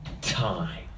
time